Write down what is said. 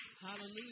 Hallelujah